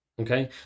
Okay